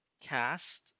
Cast